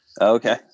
Okay